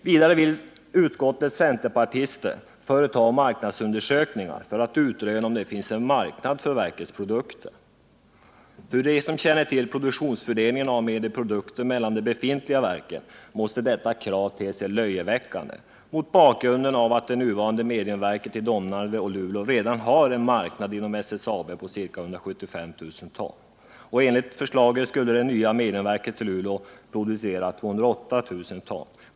Vidare vill utskottets centerpartister företa marknadsundersökningar för att utröna om det finns en marknad för verkets produkter. För dem som känner till produktionsfördelningen av mediumprodukter mellan de befintliga verken måste detta krav te sig löjeväckande. De nuvarande mediumverken i Domnarvet och Luleå har redan en marknad inom SSAB på ca 175 000 ton, och enligt förslaget skulle det nya mediumverket i Luleå producera 208 000 ton.